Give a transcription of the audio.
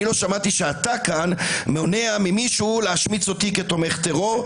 אני לא שמעתי שאתה כאן מונע ממישהו להשמיץ אותי כתומך טרור.